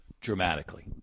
dramatically